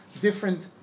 different